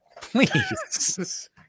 Please